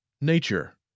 Nature